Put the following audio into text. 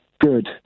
good